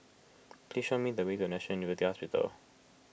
please show me the way to National University Hospital